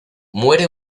muere